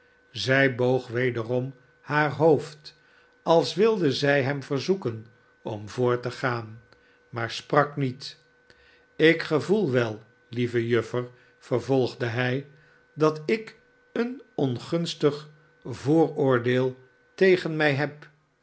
zij boog wederom haar hoofd als wilde zij hem verzoeken om voort te gaan maar sprak niet ik gevoel wel lieve juffer vervolgde hij idat ik een ongunstig vooroordeel tegen mij heb